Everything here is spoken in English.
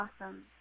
Awesome